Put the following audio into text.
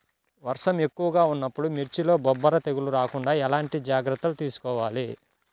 వర్షం ఎక్కువగా ఉన్నప్పుడు మిర్చిలో బొబ్బర తెగులు రాకుండా ఎలాంటి జాగ్రత్తలు తీసుకోవాలి?